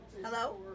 Hello